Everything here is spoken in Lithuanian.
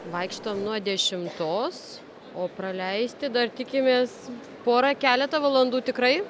vaikštom nuo dešimtos o praleisti dar tikimės porą keletą valandų tikrai